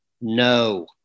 No